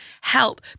help